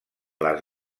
les